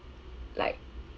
like